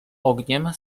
ogniem